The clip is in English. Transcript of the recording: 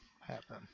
happen